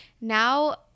now